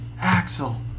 Axel